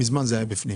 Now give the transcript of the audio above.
מזמן זה היה בפנים.